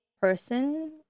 person